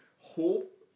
Hope